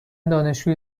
دانشجوی